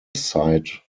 site